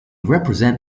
represent